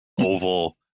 oval